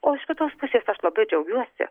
o iš kitos pusės aš labai džiaugiuosi